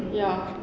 ya